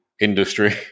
industry